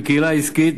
בקהילה העסקית,